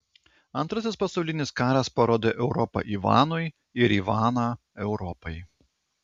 antrasis pasaulinis karas parodė europą ivanui ir ivaną europai